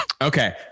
okay